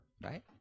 right